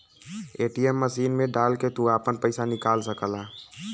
ATM machine मे डाल के तू आपन पइसा निकाल सकला